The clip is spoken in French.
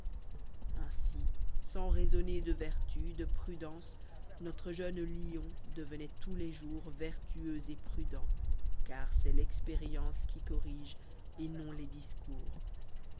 ainsi sans raisonner de vertu de prudence notre jeune lion devenoit tous les jours vertueux et prudent car c'est l'expériefice qui corrige et non les discours